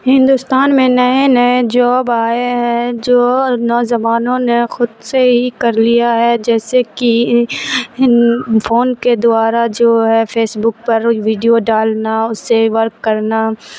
ہندوستان میں نئے نئے جاب آئے ہیں جو نوجوانوں نے خود سے ہی کر لیا ہے جیسے کہ فون کے دوارا جو ہے فیس بک پر ویڈیو ڈالنا اس سے ورک کرنا